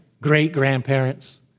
Great-grandparents